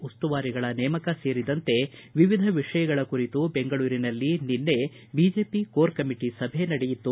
ಉಸ್ತುವಾರಿಗಳ ನೇಮಕ ಸೇರಿದಂತೆ ವಿವಿಧ ವಿಷಯಗಳ ಕುರಿತು ಬೆಂಗಳೂರಿನಲ್ಲಿ ನಿನ್ನೆ ಬಿಜೆಪಿ ಕೋರ್ ಕಮಿಟಿ ಸಭೆ ನಡೆಯಿತು